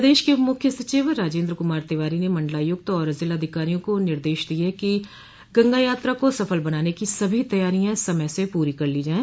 प्रदेश के मुख्य सचिव राजेन्द्र कुमार तिवारी ने मंडलायुक्त और जिलाधिकारियों को निर्देश दिये कि गंगा यात्रा को सफल बनाने की सभी तैयारियां समय से पूरी कर ली जाये